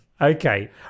Okay